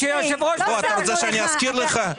אתה רוצה שאני אזכיר לך?